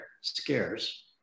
scarce